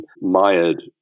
mired